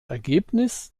ergebnis